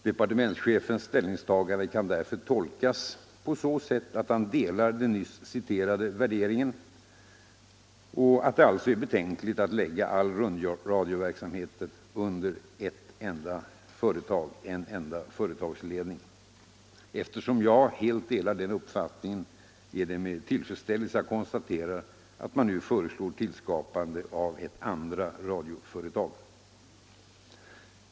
Departementschefens ställningstagande kan därför tolkas på så sätt att han delar den nyss citerade värderingen, att det alltså är betänkligt att lägga all rundradioverksamhet under ett enda företag, en enda företagsledning. Eftersom jag helt delar denna uppfattning är det med tillfredsställelse jag konstaterar att man nu föreslår tillskapandet av ett andra radioföretag.